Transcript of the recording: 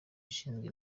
ushinzwe